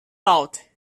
loud